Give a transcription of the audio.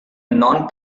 non